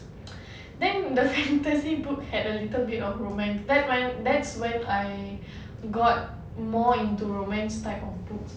then the fantasy book had a little bit of romance that when that's when I got more into romance type